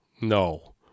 No